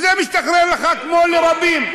וזה משתחרר לך, כמו לרבים.